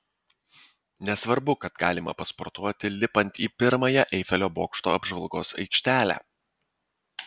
nesvarbu kad galima pasportuoti lipant į pirmąją eifelio bokšto apžvalgos aikštelę